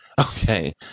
Okay